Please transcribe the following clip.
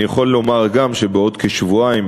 אני יכול לומר גם שבעוד כשבועיים,